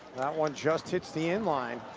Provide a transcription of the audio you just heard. one just hits the in-line.